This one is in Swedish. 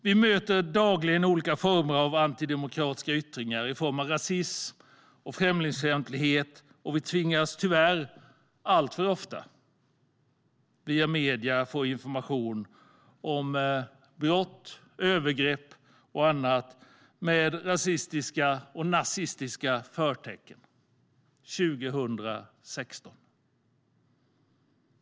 Vi möter dagligen olika antidemokratiska yttringar i form av rasism och främlingsfientlighet, och via medierna tvingas vi tyvärr alltför ofta ta del av information om brott och övergrepp med rasistiska och nazistiska förtecken - år 2016.